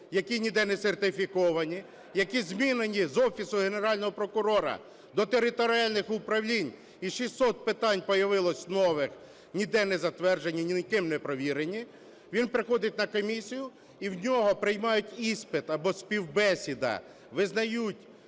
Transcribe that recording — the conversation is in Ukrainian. які ніде не сертифіковані, які змінені з Офісу Генерального прокурора до територіальних управлінь, і 600 питань появилось нових, ніде не затверджені ,ніким не провірені. Він приходить на комісію і в нього приймають іспит, або співбесіда, визнають